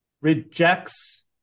rejects